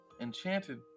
enchanted